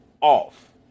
off